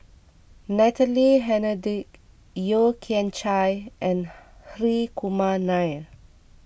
Natalie Hennedige Yeo Kian Chai and Hri Kumar Nair